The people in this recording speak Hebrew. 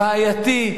בעייתי,